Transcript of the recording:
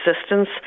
assistance